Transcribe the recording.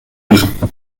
rejected